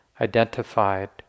identified